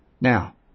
Now